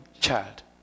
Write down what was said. child